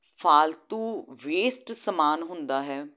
ਫਾਲਤੂ ਵੇਸਟ ਸਮਾਨ ਹੁੰਦਾ ਹੈ